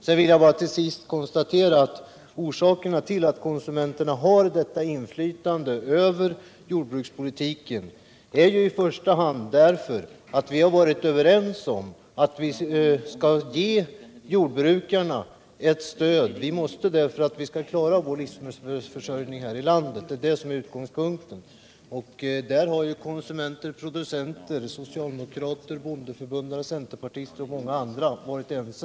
Sedan vill jag också slå fast att orsakerna till att konsumenterna har detta inflytande över jordbrukspolitiken i första hand är att vi varit överens om att vi skall ge jordbrukarna ett stöd. Det måste vi om vi skall kunna klara livsmedelsförsörjningen här i landet, och det är detta som är utgångspunkten. Om det har ju konsumenter, producenter, socialdemokrater, bondeförbundare, centerpartister och många andra varit ense.